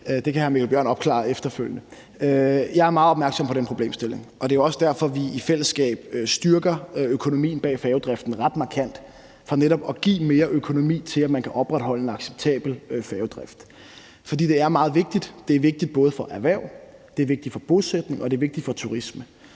det kan hr. Mikkel Bjørn opklare efterfølgende. Jeg er meget opmærksom på den problemstilling, og det er jo også derfor, vi i fællesskab styrker økonomien bag færgedriften ret markant – for netop at give mere økonomi til, at man kan opretholde en acceptabel færgedrift. For det er meget vigtigt. Det er både vigtigt for erhverv, vigtigt for bosætning og vigtigt for turisme,